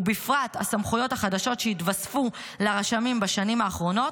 ובפרט הסמכויות החדשות שהתווספו לרשמים בשנים האחרונות,